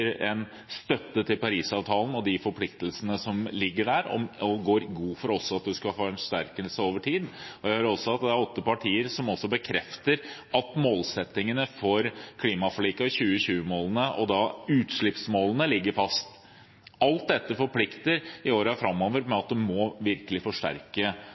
en støtte til Paris-avtalen og de forpliktelsene som ligger der, og går god for at det også skal bli en forsterkning over tid. Det er åtte partier som også bekrefter at målsettingene for klimaforliket og 2020-målene – og da utslippsmålene – ligger fast. Alt dette forplikter i årene framover ved at en virkelig må